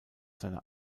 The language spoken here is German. seiner